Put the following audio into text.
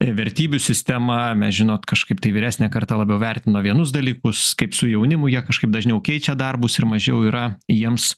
vertybių sistema mes žinot kažkaip tai vyresnė karta labiau vertino vienus dalykus kaip su jaunimu jie kažkaip dažniau keičia darbus ir mažiau yra jiems